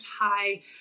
high